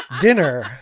dinner